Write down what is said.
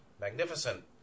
Magnificent